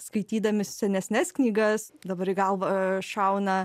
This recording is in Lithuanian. skaitydami senesnes knygas dabar į galvą šauna